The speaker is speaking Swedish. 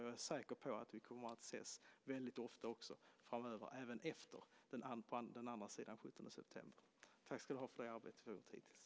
Jag är säker på att vi kommer att ses väldigt ofta också efter den 17 september. Tack ska du ha för det arbete du har gjort hittills!